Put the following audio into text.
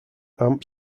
amp